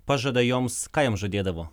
pažada joms ką jam žadėdavo